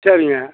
சரிங்க